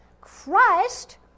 Christ